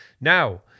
Now